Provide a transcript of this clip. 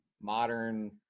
modern